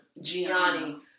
Gianni